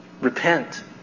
Repent